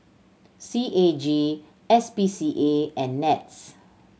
C A G S P C A and NETS